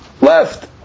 left